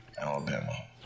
Alabama